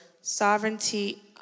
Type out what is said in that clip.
sovereignty